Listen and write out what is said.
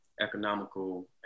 economical